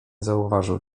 zauważył